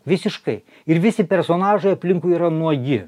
visiškai ir visi personažai aplinkui yra nuogi